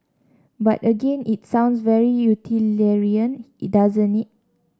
but again it sounds very utilitarian doesn't it